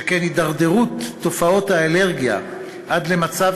שכן הידרדרות תופעות האלרגיה עד למצב